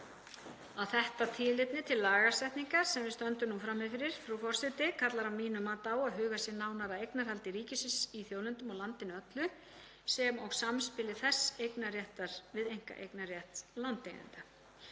að þetta tilefni til lagasetningar sem við stöndum nú frammi fyrir, frú forseti, kallar að mínu mati á að hugað sé nánar að eignarhaldi ríkisins í þjóðlendum á landinu öllu sem og samspili þess eignarréttar við einkaeignarrétt landeigenda.